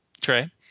Trey